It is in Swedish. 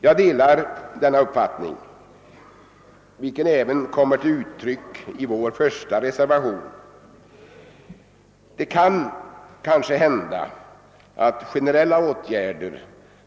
Jag delar denna uppfattning, vilken även kommer till uttryck i reservationen 1 vid bevillningsutskottets betänkande nr 36.